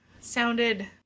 sounded